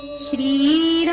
the